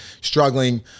struggling